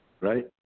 Right